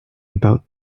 about